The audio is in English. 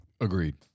Agreed